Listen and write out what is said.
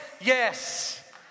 yes